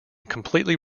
completely